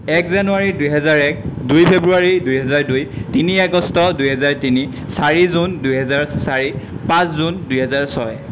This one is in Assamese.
এক জানুৱাৰী দুহেজাৰ এক দুই ফেব্ৰুৱাৰী দুহেজাৰ দুই তিনি আগষ্ট দুহেজাৰ তিনি চাৰি জুন দুহেজাৰ চাৰি পাঁচ জুন দুহেজাৰ ছয়